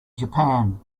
japan